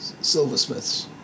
silversmiths